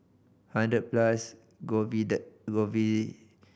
Hundred Plus